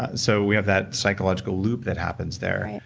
ah so, we have that psychological loop that happens there.